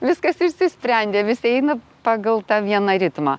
viskas išsisprendė visi eina pagal tą vieną ritmą